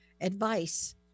advice